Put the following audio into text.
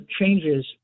changes